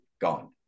gone